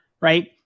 right